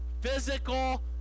physical